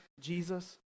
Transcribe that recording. Jesus